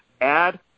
add